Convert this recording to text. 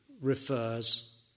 refers